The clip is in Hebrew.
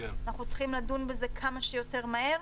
אנחנו צריכים לדון בזה כמה שיותר מהר.